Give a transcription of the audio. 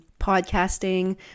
podcasting